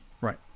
right